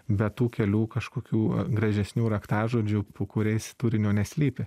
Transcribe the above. be tų kelių kažkokių gražesnių raktažodžių po kuriais turinio neslypi